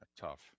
Tough